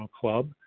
club